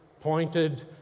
pointed